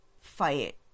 fight